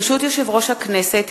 ברשות יושב-ראש הכנסת,